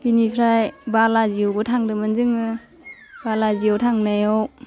बिनिफ्राइ बालाजिआवबो थांदोंमोन जोङो बालाजियाव थांनायाव